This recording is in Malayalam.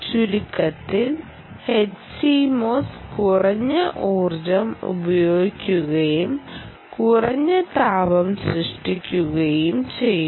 ചുരുക്കത്തിൽ H CMOS കുറഞ്ഞ ഊർജ്ജം ഉപയോഗിക്കുകയും കുറഞ്ഞ താപം സൃഷ്ടിക്കുകയും ചെയ്യുന്നു